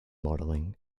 modeling